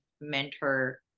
mentor